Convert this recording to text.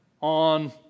on